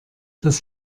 das